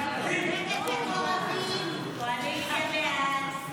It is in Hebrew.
כהצעת הוועדה,